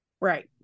right